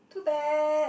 too bad